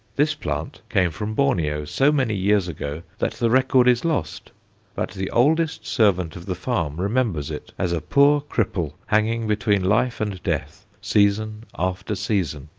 this plant came from borneo so many years ago that the record is lost but the oldest servant of the farm remembers it, as a poor cripple, hanging between life and death, season after season.